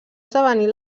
esdevenir